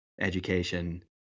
education